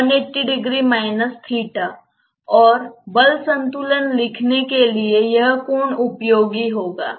तो यह कोण होगा और बल संतुलन लिखने के लिए यह कोण उपयोगी होगा